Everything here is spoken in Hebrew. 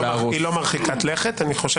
מיכל,